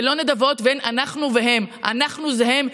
זה לא נדבות, ואין "אנחנו" ו"הם"; אנחנו זה הם.